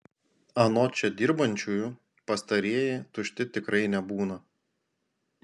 anot čia dirbančiųjų pastarieji tušti tikrai nebūna